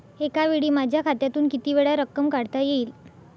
एकावेळी माझ्या खात्यातून कितीवेळा रक्कम काढता येईल?